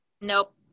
Nope